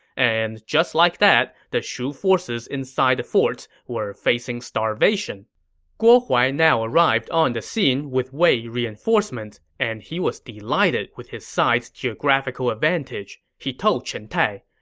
and just like that, the shu forces in the forts were facing starvation guo huai now arrived on the scene with wei reinforcements, and he was delighted with his side's geographical advantage. he told chen tai,